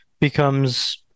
becomes